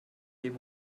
dem